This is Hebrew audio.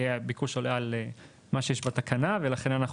הביקוש עולה על מה שיש בתקנה ולכן אנחנו